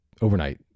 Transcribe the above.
overnight